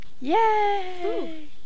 Yay